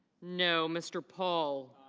no. mr. paul